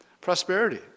prosperity